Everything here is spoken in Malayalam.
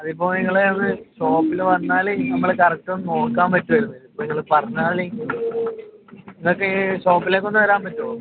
അത് ഇപ്പം നിങ്ങൾ ഒന്ന് ഷോപ്പിൽ വന്നാൽ നമ്മൾ കറക്റ്റ് ഒന്ന് നോക്കാൻ പറ്റുമായിരുന്നു ഇപ്പം നിങ്ങൾ പറഞ്ഞാൽ നിങ്ങൾക്ക് ഈ ഷോപ്പിലേക്ക് ഒന്ന് വരാൻ പറ്റുമോ